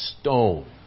stone